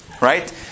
right